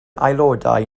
aelodau